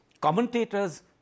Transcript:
commentators